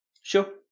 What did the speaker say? Sure